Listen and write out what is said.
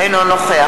(קוראת בשמות חברי